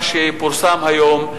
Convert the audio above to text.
זה מה שפורסם היום,